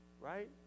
Right